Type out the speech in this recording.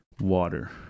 water